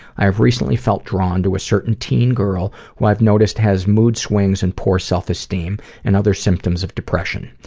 i have recently felt drawn to a certain teen girl who i've noticed has mood swings and poor self-esteem and other symptoms of depression.